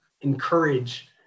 encourage